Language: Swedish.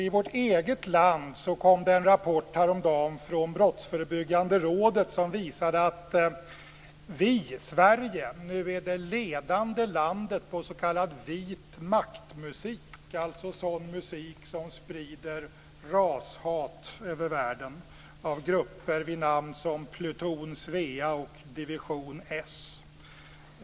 I vårt eget land kom det häromdagen en rapport från Brottsförebyggande rådet som visar att Sverige nu är det ledande landet på s.k. vit-makt-musik, alltså sådan musik som sprider rashat över världen av grupper vid namn som Pluton Svea och Division S.